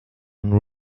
and